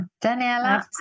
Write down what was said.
Daniela